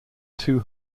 two